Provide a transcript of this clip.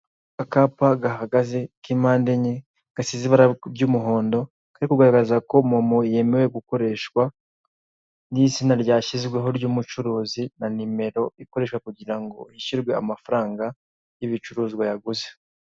Akapa gahagaze k'impande enye gasize ibara ry'umuhondo kari kugaragaza ko Momo yemewe gukoreshwa n'izina ryashyizweho ry'umucuruzi na numero ikoreshwa ngo hishyurwe amafaranga y'ibicuruzwa yaguze.